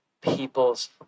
people's